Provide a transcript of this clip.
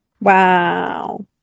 Wow